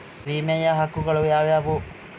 ವಿಮೆಯ ಹಕ್ಕುಗಳು ಯಾವ್ಯಾವು?